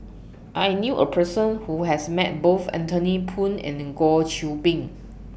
I knew A Person Who has Met Both Anthony Poon and Goh Qiu Bin